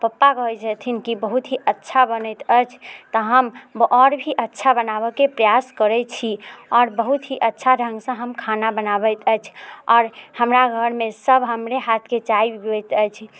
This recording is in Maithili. पप्पा कहै छथिन की बहुत ही अच्छा बनैत अछि तऽ हम आओर भी अच्छा बनाबैके प्रयास करै छी आओर बहुत ही अच्छा ढङ्गसँ हम खाना बनबैत अछि आओर हमरा घरमे सब हमरे हाथके चाय पीबैत अछि